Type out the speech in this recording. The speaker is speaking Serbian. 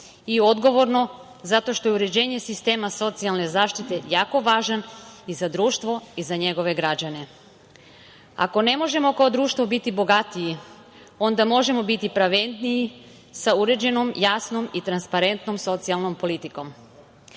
i odgovoran zato što je uređenje sistema socijalne zaštite jako važan i za društvo i za njegove građane. Ako ne možemo kao društvo biti bogatiji, onda možemo biti pravedniji, sa uređenom, jasnom i transparentnom socijalnom politikom. Dugo